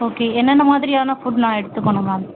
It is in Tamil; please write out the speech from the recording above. ஓகே என்ன என்ன மாதிரியான ஃபுட் நான் எடுத்துக்கணும் மேம்